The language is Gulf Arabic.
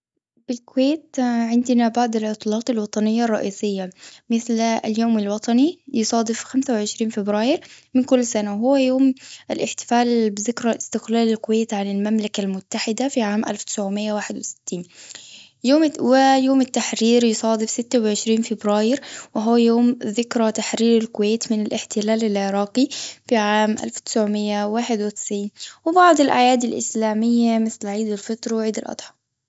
بالكويت، عندنا بعض العطلات الوطنية الرئيسية، مثل اليوم الوطني. يصادف خمسة وعشرين فبراير من كل سنة، وهو يوم الإحتفال بذكرى استقلال الكويت عن المملكة المتحدة، في عام ألف تسعومية واحد وستين. يوم- و يوم التحرير يصادف ستة وعشرين فبراير. وهو يوم ذكرى تحرير الكويت من الإحتلال العراقي، في عام ألف تسعومية واحد وتسعين. وبعض الأعياد الإسلامية، مثل عيد الفطر وعيد الأضحى.